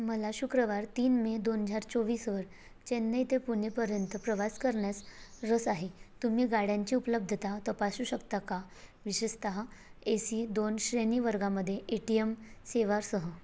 मला शुक्रवार तीन मे दोन हजार चोवीसवर चेन्नई ते पुणेपर्यंत प्रवास करण्यास रस आहे तुम्ही गाड्यांची उपलब्धता तपासू शकता का विशेषतः ए सी दोन श्रेणी वर्गामध्ये ए टी एम सेवासह